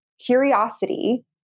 curiosity